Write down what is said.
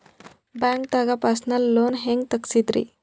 ಬ್ಯಾಂಕ್ದಾಗ personal loan ಹೆಂಗ್ ತಗ್ಸದ್ರಿ?